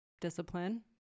discipline